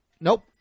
Nope